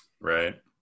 right